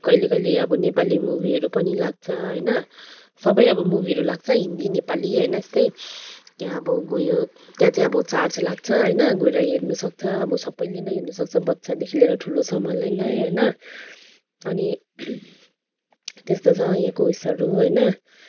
कहिले कहिले अब नेपाली मुवीहरू पनि लाग्छ होइन सबै अब मुवीहरू लाग्छ हिन्दी नेपाली होइन यस्तै त्यहाँ अब गयो त्यहाँ चाहिँ अब चार्ज लाग्छ होइन गएर हेर्नसक्छ अब सबैले नै हेर्नसक्छ बच्चादेखि लिएर ठुलोसम्मलाई नै होइन अनि त्यस्तो छ यहाँको उइसहरू होइन